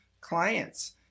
clients